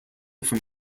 from